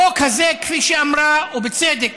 החוק הזה, כפי שאמרה, ובצדק,